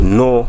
no